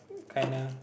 kinda